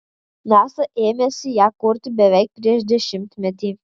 nasa ėmėsi ją kurti beveik prieš dešimtmetį